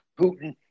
Putin